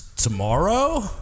Tomorrow